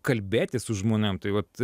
kalbėtis su žmonėm tai vat